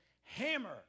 hammer